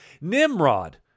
Nimrod